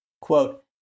Quote